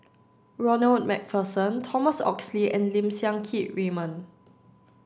Ronald MacPherson Thomas Oxley and Lim Siang Keat Raymond